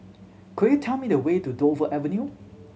could you tell me the way to Dover Avenue